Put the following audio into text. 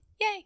Yay